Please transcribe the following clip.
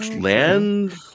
land